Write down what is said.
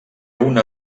una